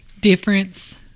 difference